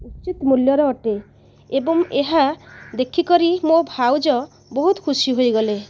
ଉଚିତ ମୂଲ୍ୟର ଅଟେ ଏବଂ ଏହା ଦେଖିକରି ମୋ ଭାଉଜ ବହୁତ ଖୁସି ହୋଇଗଲେ